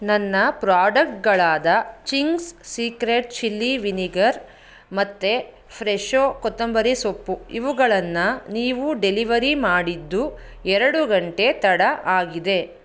ನನ್ನ ಪ್ರಾಡಕ್ಟ್ಗಳಾದ Ching's secret chilli vinegar ಮತ್ತು ಫ್ರೆಶೋ ಕೊತ್ತಂಬರಿ ಸೊಪ್ಪು ಇವುಗಳನ್ನು ನೀವು ಡೆಲಿವರಿ ಮಾಡಿದ್ದು ಎರಡು ಗಂಟೆ ತಡ ಆಗಿದೆ